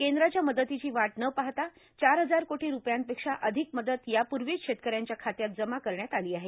कद्राच्या मदतीची वाट न पाहता चार हजार कोर्टा रुपयांपेक्षा अधिक मदत यापूर्वाच शेतकऱ्यांच्या खात्यात जमा करण्यात आलो आहे